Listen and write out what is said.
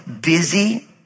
busy